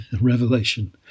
revelation